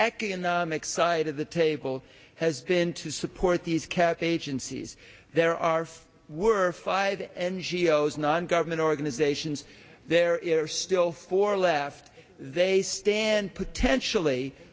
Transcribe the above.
economic side of the table has been to support these characters agencies there are were five n g o s non government organizations there are still four left they stand potentially